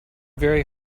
very